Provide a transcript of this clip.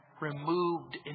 removed